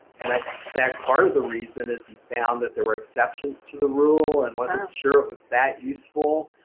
and i suspect part of the reason is he found that there were exceptions to the rule and wasn't sure it was that useful.